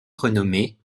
renommée